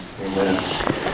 Amen